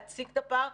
להציג את הפער,